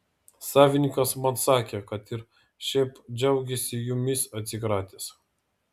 savininkas man sakė kad ir šiaip džiaugiasi jumis atsikratęs